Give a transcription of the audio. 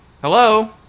hello